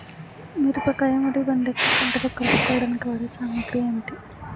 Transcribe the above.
మిరపకాయ మరియు బెండకాయ పంటలో కలుపు కోయడానికి వాడే సామాగ్రి ఏమిటి?